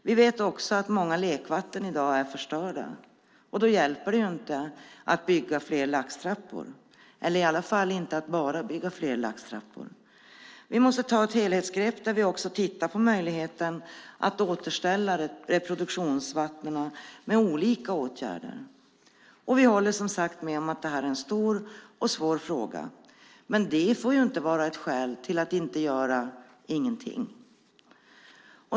Vi vet också att många lekvatten i dag är förstörda, och då hjälper det inte att bygga fler laxtrappor, eller i alla fall inte att bara bygga fler laxtrappor. Vi måste ta ett helhetsgrepp där vi också tittar på möjligheten att återställa reproduktionsvattnen med olika åtgärder. Vi håller, som sagt, med om att det här är en stor och svår fråga. Men det får inte vara ett skäl till att göra ingenting.